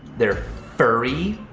they're furry,